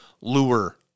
lure